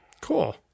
Cool